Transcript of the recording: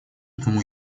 тому